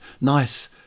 Nice